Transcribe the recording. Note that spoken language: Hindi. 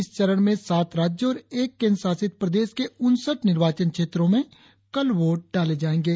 इस चरण में सात राज्यों और एक केंद्र शासित प्रदेश के उनसठ निर्वाचन क्षेत्रों में कल वोट डाले जाएंगे